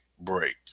break